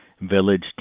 village